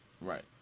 Right